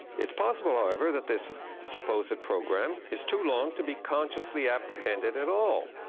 it's possible, however, that this supposed program is too long to be consciously apprehended at all,